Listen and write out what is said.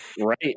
Right